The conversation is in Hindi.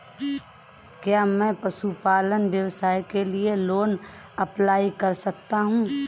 क्या मैं पशुपालन व्यवसाय के लिए लोंन अप्लाई कर सकता हूं?